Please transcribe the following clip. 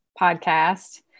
podcast